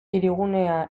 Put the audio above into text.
hirigunea